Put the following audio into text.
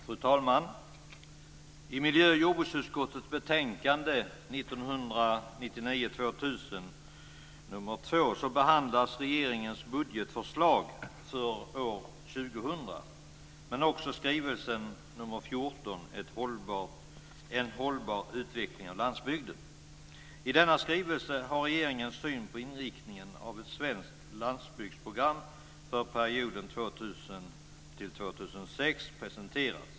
Fru talman! I miljö och jordbruksutskottets betänkande 1999/2000:2 behandlas regeringens budgetförslag för år 2000 men också skrivelsen I denna skrivelse presenteras regeringens syn på inriktningen av ett svenskt landsbygdsprogram för perioden 2000-2006.